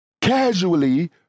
casually